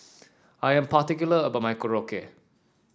I am particular about my Korokke